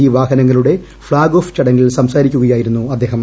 G വാഹനങ്ങളുടെ flag off ചടങ്ങിൽ സംസാരിക്കുകയായിരുന്നു അദ്ദേഹം